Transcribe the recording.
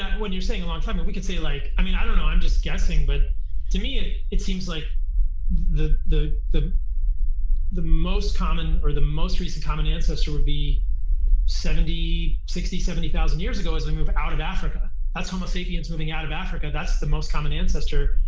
when you're saying a long time, and we can say like, i mean, i don't know, i'm just guessing, but to me it it seems like the the most common or the most recent common ancestor would be seventy, sixty, seventy thousand years ago as we move out of africa. that's homo sapians moving out of africa. that's the most common ancestor.